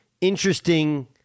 interesting